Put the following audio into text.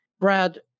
Brad